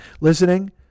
Listening